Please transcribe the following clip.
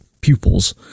pupils